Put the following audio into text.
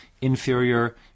inferior